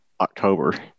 October